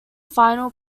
final